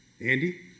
Andy